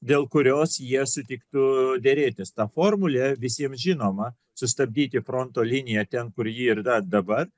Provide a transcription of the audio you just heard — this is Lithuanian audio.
dėl kurios jie sutiktų derėtis ta formulė visiem žinoma sustabdyti fronto liniją ten kur ji yra dabar